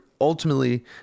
ultimately